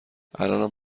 الانم